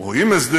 או עם הסדר,